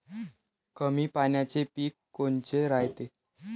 कमी पाण्याचे पीक कोनचे रायते?